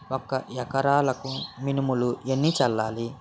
ఒక ఎకరాలకు మినువులు ఎన్ని చల్లాలి?